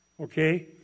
okay